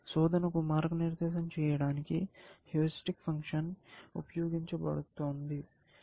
శోధనకు మార్గనిర్దేశం చేయడానికి heuristic function ఉపయోగించబడుతోంది